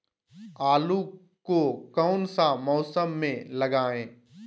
आलू को कौन सा मौसम में लगाए?